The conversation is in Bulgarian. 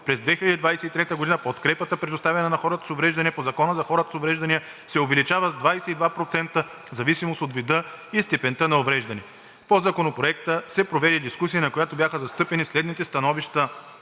през 2023 г. подкрепата, предоставяна на хората с увреждания по Закона за хората с увреждания, се увеличава с 22% в зависимост от вида и степента на увреждане. По Законопроекта се проведе дискусия, на която бяха застъпени следните становища: